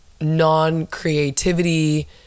non-creativity